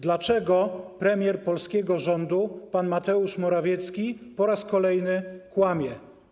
Dlaczego premier polskiego rządu pan Mateusz Morawiecki po raz kolejny kłamie?